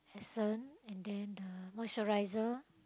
essence and then the moisturizer